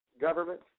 government